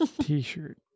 t-shirt